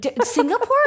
Singapore